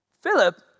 Philip